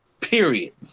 period